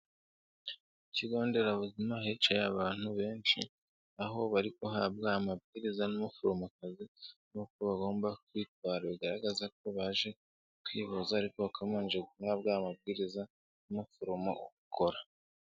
Ku kigo nderabuzima hicaye abantu benshi, aho bari guhabwa amabwiriza n'umuforomokazi n'uko bagomba kwitwara bigaragaza ko baje kwivuza ariko bakaba babanje guhabwa amabwiriza n'umuforomo ukora.